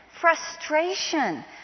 frustration